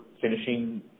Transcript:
finishing